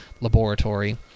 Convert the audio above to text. Laboratory